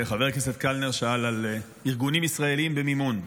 חבר הכנסת קלנר שאל על ארגונים ישראליים במימון.